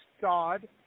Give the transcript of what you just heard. God